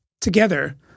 Together